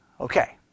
Okay